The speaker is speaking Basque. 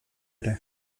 ere